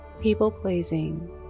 People-pleasing